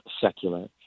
secular